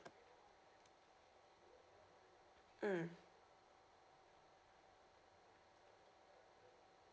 mm